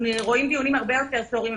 אנחנו רואים דיונים הרבה יותר סוערים,